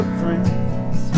friends